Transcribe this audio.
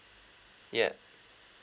yeah